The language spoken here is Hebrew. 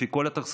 לפי כל התחזיות,